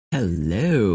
Hello